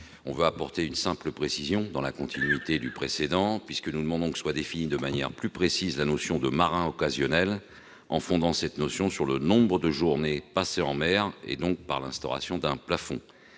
amendement, apporter une simple précision, dans la continuité de l'amendement précédent. Nous demandons que soit définie de manière plus précise la notion de « marin occasionnel », en fondant cette notion sur le nombre de journées passées en mer et donc par l'instauration d'un plafond.